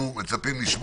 אנחנו מצפים לשמוע